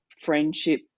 friendship